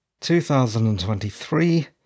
2023